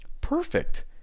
perfect